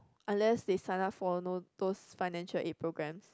unless they sign up for know those financial aid program